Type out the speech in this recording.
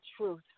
truth